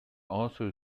also